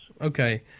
Okay